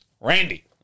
Randy